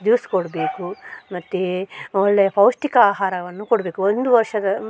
juice ಕೊಡಬೇಕು ಮತ್ತು ಒಳ್ಳೆಯ ಪೌಷ್ಠಿಕ ಆಹಾರವನ್ನು ಕೊಡಬೇಕು ಒಂದು ವರ್ಷದ